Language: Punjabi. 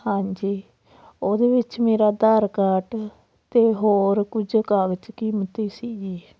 ਹਾਂਜੀ ਉਹਦੇ ਵਿੱਚ ਮੇਰਾ ਆਧਾਰ ਕਾਰਟ ਅਤੇ ਹੋਰ ਕੁਝ ਕਾਗਜ਼ ਕੀਮਤੀ ਸੀ ਜੀ